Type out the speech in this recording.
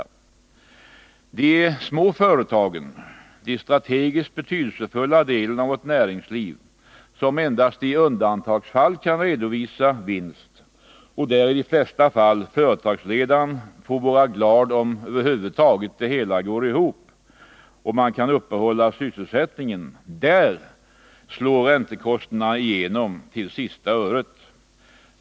För de små företagen, den strategiskt betydelsefulla delen av vårt näringsliv, som endast i undantagsfall kan redovisa vinst och där i de flesta fall företagsledaren får vara glad om det hela går ihop och man kan uppehålla sysselsättningen, slår räntekostnaderna igenom till sista öret.